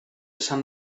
sant